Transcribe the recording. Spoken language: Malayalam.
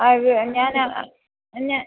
ആ ത് ഞാൻ എന്നെ